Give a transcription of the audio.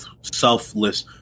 selfless